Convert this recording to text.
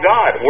God